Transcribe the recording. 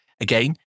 Again